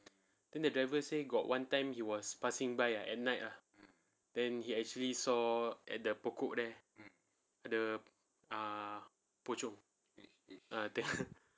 then the driver say got one time he was passing by ah at night ah then he actually saw at the pokok there ada err pocong ah tengah